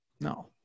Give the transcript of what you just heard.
No